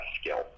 skill